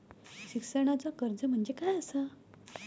शिक्षणाचा कर्ज म्हणजे काय असा?